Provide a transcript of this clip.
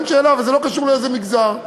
אין שאלה, וזה לא קשור לאיזה מגזר.